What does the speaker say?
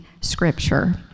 scripture